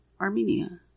Armenia